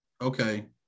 Okay